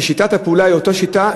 ששיטת הפעולה בהן היא אותה שיטה,